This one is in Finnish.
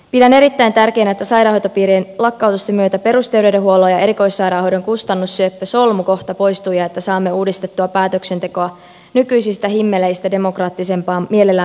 pidän erittäin tärkeänä että sairaanhoitopiirien lakkautusten myötä perusterveydenhuollon ja erikoissairaanhoidon kustannussyöppö solmukohta poistuu ja että saamme uudistettua päätöksentekoa nykyisistä himmeleistä demokraattisempaan mielellään peruskuntavetoiseen malliin